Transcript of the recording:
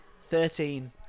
Thirteen